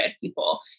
people